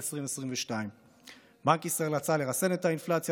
2022. בנק ישראל רצה לרסן את האינפלציה,